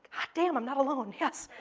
hot damn, i'm not alone. yes!